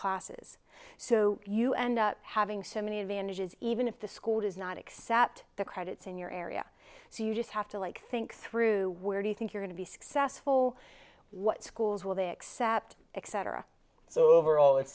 classes so you end up having so many advantages even if the school does not accept the credits in your area so you just have to like think through where do you think you're going to be successful what schools will they accept exciter of so overall i